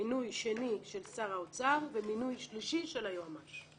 מינוי שני של שר האוצר ומינוי שלישי של היועמ"ש.